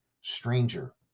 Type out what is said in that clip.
stranger